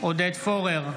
עודד פורר,